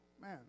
Man